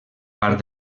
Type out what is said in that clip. part